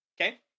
okay